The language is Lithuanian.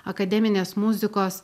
akademinės muzikos